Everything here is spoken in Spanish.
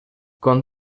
con